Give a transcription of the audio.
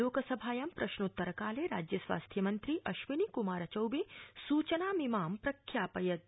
लोकसभायां प्रश्नोत्तरकाले राज्यस्वास्थ्यमन्त्री अश्विनी कुमार चौबे सूचनामिमां प्रख्यापयत्